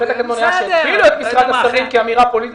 החטא הקדמון היה שהגבילו את מספר השרים כאמירה פוליטית.